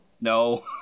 No